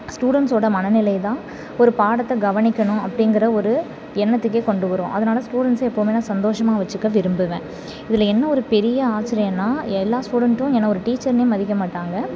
ஸ்டூடண்ட்ஸோடய மனநிலை தான் ஒரு பாடத்தை கவனிக்கணும் அப்படிங்கிற ஒரு எண்ணத்துக்கே கொண்டு வரும் அதனால ஸ்டூடண்ட்ஸை எப்போதுமே நான் சந்தோஷமாக வெச்சுக்க விரும்புவேன் இதில் என்ன ஒரு பெரிய ஆச்சரியன்னா எல்லா ஸ்டூடண்ட்டும் என்ன ஒரு டீச்சர்னே மதிக்க மாட்டாங்க